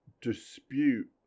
dispute